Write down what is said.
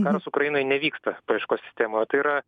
karas ukrainoje nevyksta paieškos sistemoje tai yra